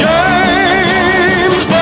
James